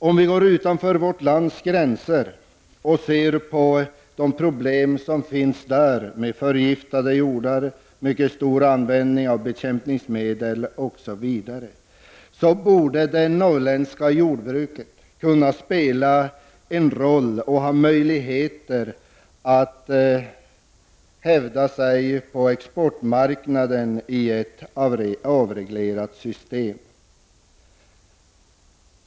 Om vi betänker vilka problem som finns utanför vårt lands gränser med förgiftade jordar, hög användning av bekämpningsmedel osv., så inser vi att det norrländska jordbruket kan spela en roll och hävda sig på exportmarknaden i ett avreglerat system.